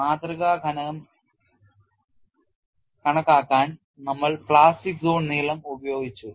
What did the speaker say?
മാതൃക കനം കണക്കാക്കാൻ നമ്മൾ പ്ലാസ്റ്റിക് സോൺ നീളം ഉപയോഗിച്ചു